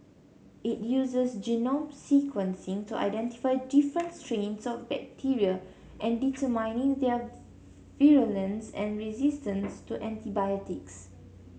it uses genome sequencing to identify different strains of bacteria and determine their virulence and resistance to antibiotics